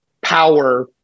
power